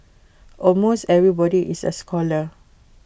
almost everybody is A scholar